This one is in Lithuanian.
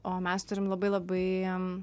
o mes turim labai labai